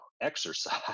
exercise